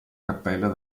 cappella